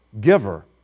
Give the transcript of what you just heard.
giver